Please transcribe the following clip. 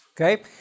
Okay